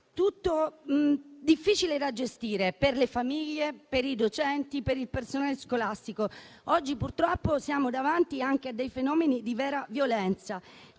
tutto difficile da gestire per le famiglie, per i docenti e per il personale scolastico. Oggi, purtroppo, siamo davanti a fenomeni di vera violenza,